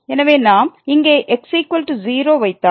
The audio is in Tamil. எனவே நாம் இங்கே x0 வைத்தால்